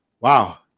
Wow